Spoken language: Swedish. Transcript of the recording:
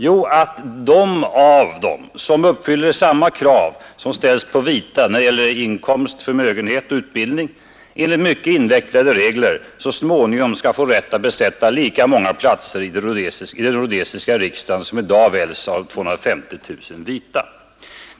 Jo, att de av dem som uppfyller samma krav som ställs på vita när det gäller inkomst, förmögenhet och utbildning enligt mycket invecklade regler så småningom skall få rätt att besätta lika många platser i den rhodesiska riksdagen som i dag väljs av 250 000 vita.